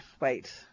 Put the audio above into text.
wait